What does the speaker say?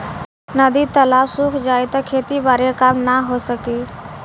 नदी तालाब सुख जाई त खेती बारी क काम ना हो सकी